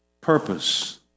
Purpose